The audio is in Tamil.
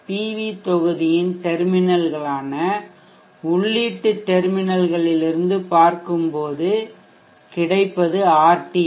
வி தொகுதியின் டெர்மினல் களான உள்ளீட்டு டெர்மினல்ங்களிலிருந்து பார்க்கும்போது கிடைப்பது Rt ஆகும்